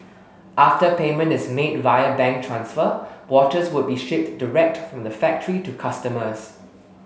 after payment is made via bank transfer watches would be shipped direct from the factory to customers